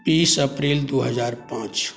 तीस अप्रैल दुइ हजार पाँच